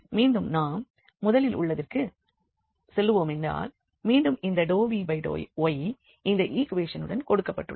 மீண்டும் நாம் முதலில் உள்ளதிற்கு செல்வோமானால் மீண்டும் இந்த ∂v∂y இந்த ஈக்குவேஷனுடன் கொடுக்கப்பட்டுள்ளது